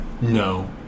No